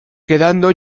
quedando